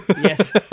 yes